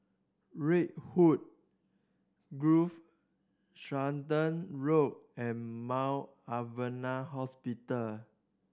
Redwood Grove Stratton Road and Mount Alvernia Hospital